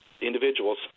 individuals